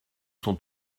son